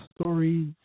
stories